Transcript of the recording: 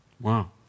Wow